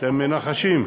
אתם מנחשים?